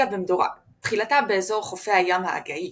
הופיעה במדורג, תחילתה באזור חופי הים האגאי